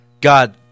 God